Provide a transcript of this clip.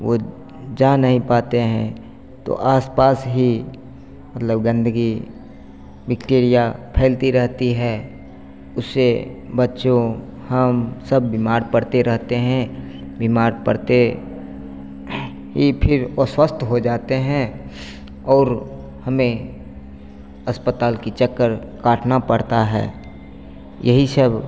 वह जा नहीं पाते हैं तो आसपास ही मतलब गन्दगी बैक्टीरिया फैलती रहती है उससे बच्चों हम सब बीमार पड़ते रहते हैं बीमार पड़ते ही फिर अस्वस्थ हो जाते हैं और हमें अस्पताल का चक्कर काटना पड़ता है यही सब